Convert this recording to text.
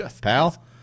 pal